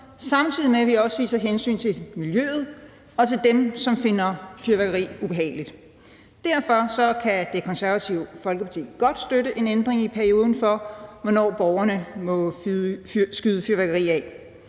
samtidig med at vi også viser hensyn til miljøet og til dem, som finder fyrværkeri ubehageligt. Derfor kan Det Konservative Folkeparti godt støtte en ændring i perioden for, hvornår borgerne må skyde fyrværkeri af.